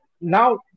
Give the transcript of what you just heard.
Now